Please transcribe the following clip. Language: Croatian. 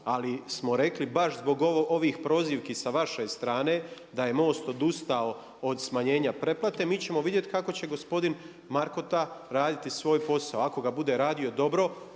Ali smo rekli baš zbog ovih prozivki sa vaše strane da je MOST odustao od smanjenja pretplate, mi ćemo vidjeti kako će gospodin Markota raditi svoj posao. Ako ga bude radio dobro,